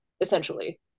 essentially